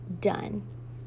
done